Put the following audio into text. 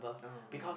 oh